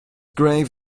grave